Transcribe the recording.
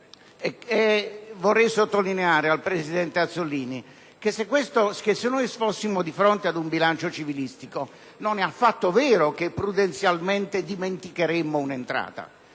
Vorrei sottolineare al presidente Azzollini che, se fossimo di fronte ad un bilancio civilistico, non è affatto vero che prudenzialmente dimenticheremmo un'entrata;